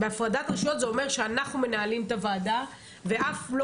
בהפרדת רשויות זה אומר שאנחנו מנהלים את הוועדה ואף לא